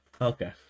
Okay